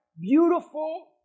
beautiful